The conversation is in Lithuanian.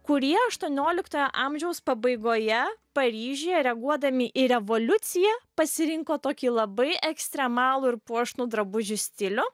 kurie aštuonioliktojo amžiaus pabaigoje paryžiuje reaguodami į revoliuciją pasirinko tokį labai ekstremalų ir puošnų drabužių stilių